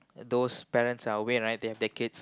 those parents are away right they have kids